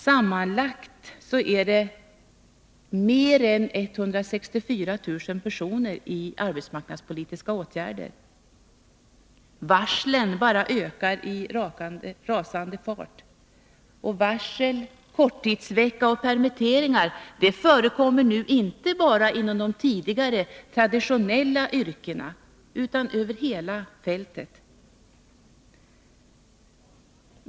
Sammanlagt omfattas mer än 164 000 personer av arbetsmarknadspolitiska åtgärder. Varslen bara ökar i rasande fart. Varsel, korttidsvecka och permitteringar förekommer nu inte bara inom de tidigare traditionella yrkena utan över hela fältet.